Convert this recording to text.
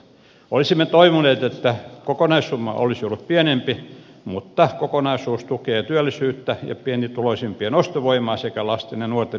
olisimme toivoneet että kokonaissumma olisi ollut pienempi mutta kokonaisuus tukee työllisyyttä ja pienituloisimpien ostovoimaa sekä lasten ja nuorten hyvinvointia